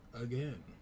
again